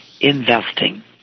investing